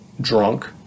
drunk